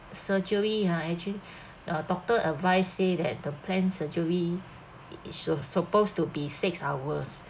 surgery are actually the doctor advise said that the planned surgery it should supposed to be six hours